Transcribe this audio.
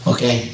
Okay